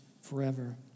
forever